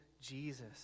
jesus